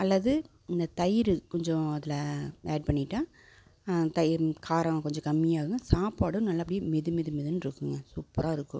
அல்லது இந்த தயிர் கொஞ்சம் அதில் ஆட் பண்ணிட்டால் தயிர் காரம் கொஞ்சோம் கம்மியாகுங்க சாப்பாடும் நல்லபடியாக மெதுமெதுமெதுன்னு இருக்குங்க சூப்பராக இருக்கும்